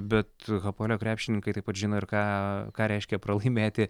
bet hapoelio krepšininkai taip pat žino ir ką ką reiškia pralaimėti